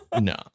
no